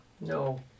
No